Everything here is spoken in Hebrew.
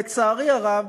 לצערי הרב,